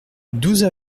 douze